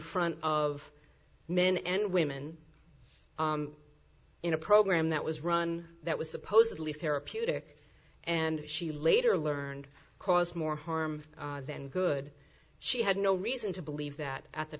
front of men and women in a program that was run that was supposedly therapeutic and she later learned caused more harm than good she had no reason to believe that at the